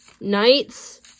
nights